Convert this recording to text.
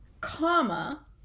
comma